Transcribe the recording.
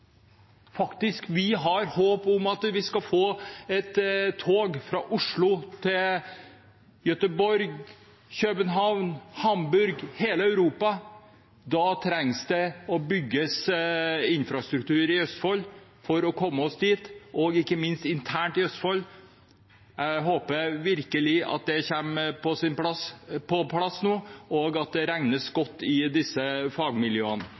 Vi har faktisk håp om at vi skal få et tog fra Oslo til Göteborg, København, Hamburg – hele Europa. Da trengs det å bygges infrastruktur i Østfold for å komme dit, ikke minst internt i Østfold. Jeg håper virkelig at det kommer på plass nå, og at det regnes godt i disse fagmiljøene.